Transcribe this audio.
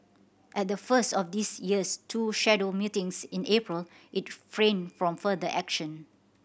at the first of this year's two scheduled meetings in April it refrained from further action